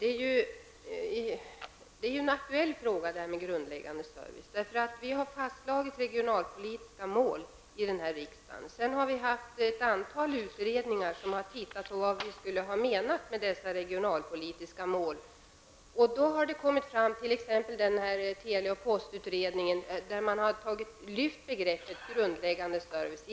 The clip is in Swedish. Fru talman! Det här med grundläggande service är en aktuell fråga, för vi har fastslagit de regionalpolitiska målen här i riksdagen. Sedan har vi haft ett antal utredningar som har tittat på vad som menas med dessa regionalpolitiska mål. I t.ex. tele och postutredningen har man lyft fram begreppet grundläggande service.